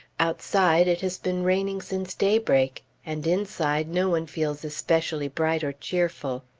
outside, it has been raining since daybreak, and inside, no one feels especially bright or cheerful.